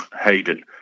Hayden